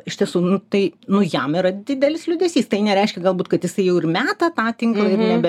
iš tiesų nu tai nu jam yra didelis liūdesys tai nereiškia galbūt kad jisai jau ir meta tą tinklą ir nebe